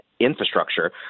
infrastructure